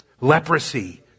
Leprosy